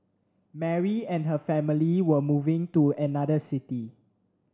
Mary and her family were moving to another city